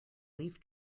leaf